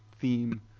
theme